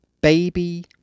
baby